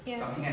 ya